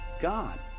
God